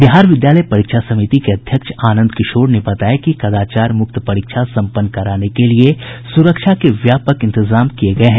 बिहार विद्यालय परीक्षा समिति के अध्यक्ष आनंद किशोर ने बताया कि कदाचार मुक्त परीक्षा सम्पन्न कराने के लिए सुरक्षा के व्यापक इंतजाम किये गये हैं